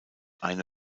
eine